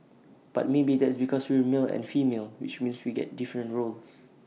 but maybe that's because we're male and female which means we get different roles